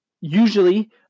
usually